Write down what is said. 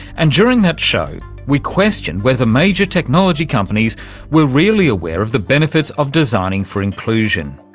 and during that show we questioned whether major technology companies were really aware of the benefits of designing for inclusion.